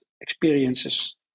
experiences